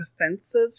offensive